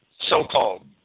so-called